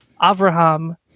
Avraham